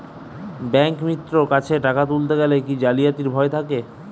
ব্যাঙ্কিমিত্র কাছে টাকা তুলতে গেলে কি জালিয়াতির ভয় থাকে?